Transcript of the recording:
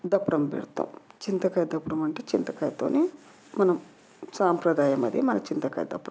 దప్పడం పెడతాం చింతకాయ దప్పడం అంటే చింతకాయతో మనం సాంప్రదాయం అది మన చింతకాయ దప్పడం పెట్టుకుంటాం